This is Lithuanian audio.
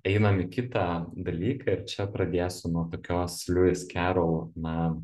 einam į kitą dalyką ir čia pradėsiu nuo tokios liuis kerol na